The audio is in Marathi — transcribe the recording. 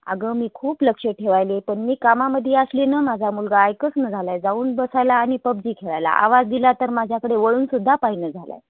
अगं मी खूप लक्ष ठेवायले पण मी कामामध्ये असली न माझा मुलगा ऐकच ना झाला आहे जाऊन बसायला आणि पबजी खेळायला आवाज दिला तर माझ्याकडे वळून सुद्धा पाहिना झाला आहे